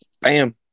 Bam